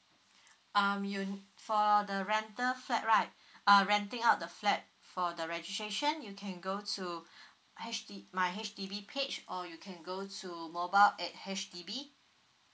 um you for the rental flat right uh renting out the flat for the registration you can go to h d~ my H_D_B page or you can go to mobile at H_D_B